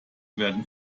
werden